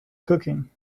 cooking